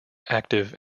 active